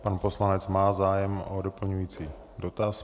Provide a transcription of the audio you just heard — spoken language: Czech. Pan poslanec má zájem o doplňující dotaz.